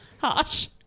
harsh